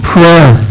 Prayer